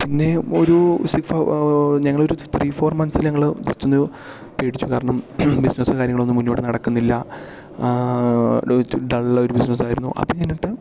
പിന്നേയും ഒരു സിക്സ് ഞങ്ങളൊരു ത്രീ ഫോർ മന്ത്സ് ഞങ്ങൾ ജസ്റ്റ് ഒന്ന് പേടിച്ചു കാരണം ബിസ്നസ്സ് കാര്യങ്ങളൊന്നും മുന്നോട്ട് നടക്കുന്നില്ല ഡള്ള് ആയൊരു ബിസിനസ്സ് ആയിരുന്നു അത് കഴിഞ്ഞിട്ട്